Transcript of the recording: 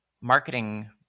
marketing